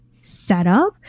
setup